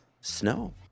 snow